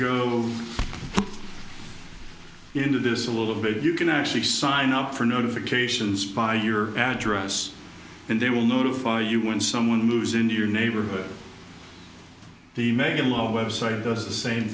into this a little bit you can actually sign up for notifications by your address and they will notify you when someone moves in your neighborhood the megan law website does the same